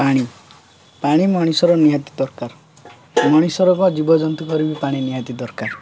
ପାଣି ପାଣି ମଣିଷର ନିହାତି ଦରକାର ମଣିଷର ଜୀବଜନ୍ତୁଙ୍କର ବି ପାଣି ନିହାତି ଦରକାର